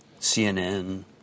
CNN